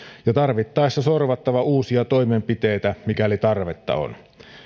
ja tarvittaessa sorvattava uusia toimenpiteitä mikäli tarvetta on